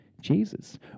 jesus